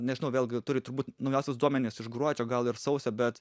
nežinau vėlgi turiu turbūt naujausius duomenis iš gruodžio gal ir sausio bet